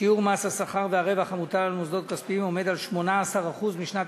שיעור מס השכר והרווח המוטל על מוסדות כספיים עומד על 18% משנת